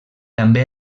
també